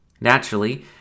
Naturally